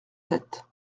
tête